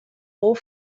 more